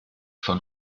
von